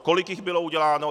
Kolik jich bylo uděláno?